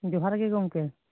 ᱡᱚᱦᱟᱨᱜᱮ ᱜᱚᱝᱠᱮ